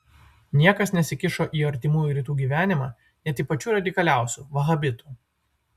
niekas nesikišo į artimųjų rytų gyvenimą net į pačių radikaliausių vahabitų